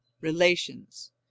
relations